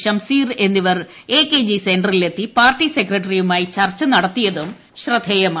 ഷംസീർ എന്നിവർ എകെജി സെന്ററിലെത്തി പാർട്ടി സെക്രട്ടറിയുമായി ചർച്ച നടത്തിയതും ശ്രദ്ധേയമായി